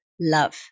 love